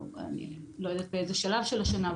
או אני לא יודעת באיזה שלב של השנה,